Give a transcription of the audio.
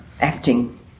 acting